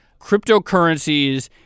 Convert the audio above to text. cryptocurrencies